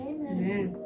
Amen